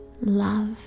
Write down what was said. love